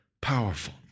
powerful